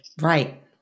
Right